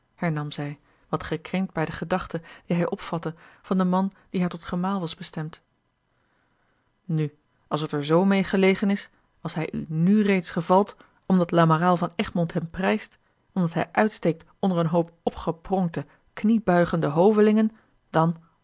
hernam zij wat gekrenkt bij de gedachte die hij opvatte van den man die haar tot gemaal was bestemd nu als het er z meê gelegen is als hij u nu reeds gevalt omdat lamoraal van egmond hem prijst omdat hij uitsteekt onder een hoop opgepronkte kniebuigende hovelingen dan